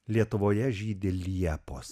lietuvoje žydi liepos